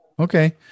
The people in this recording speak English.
Okay